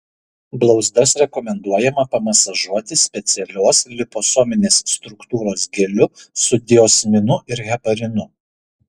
blauzdas rekomenduojama pamasažuoti specialios liposominės struktūros geliu su diosminu ir heparinu